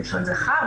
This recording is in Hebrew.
בלשון זכר,